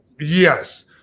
Yes